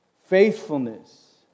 faithfulness